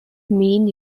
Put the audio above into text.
mean